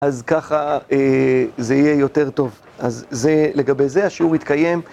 אז ככה זה יהיה יותר טוב, אז זה לגבי זה השיעור התקיים